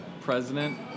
president